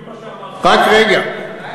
זה בדיוק מה שאמרתי.